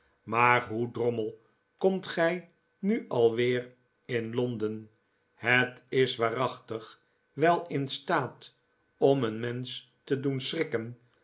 maar hoe drommel komt gij nu alweer in londen het is waarachtig wel in staat om een mensch te doen schrikken